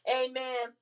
amen